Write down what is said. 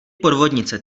podvodnice